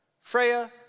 Freya